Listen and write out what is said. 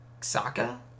Saka